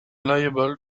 liable